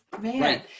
man